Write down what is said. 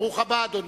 ברוך הבא, אדוני.